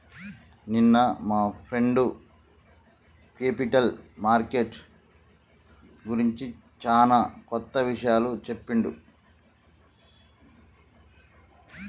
నిన్న మా friend capital market గురించి చానా కొత్త ఇషయాలు చెప్పిండు